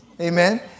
Amen